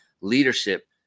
leadership